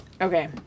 Okay